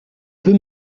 veux